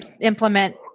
implement